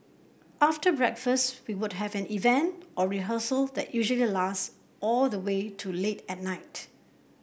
after breakfast we would have an event or rehearsal that usually lasts all the way to late at night